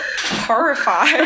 horrified